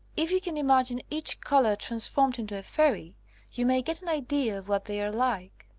if you can imagine each colour trans formed into a fairy you may get an idea of what they are like.